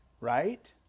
Right